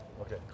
Okay